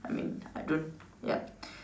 I mean I don't ya